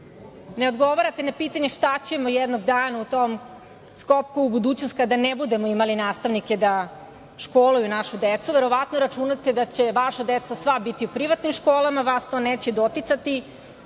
odgovarate na pitanje – šta ćemo jednog dana u tom skoku u budućnost kada ne budemo imali nastavnike da školuju našu decu. Verovatno računate da će vaša deca sva biti u privatnim školama. Vas to neće doticati,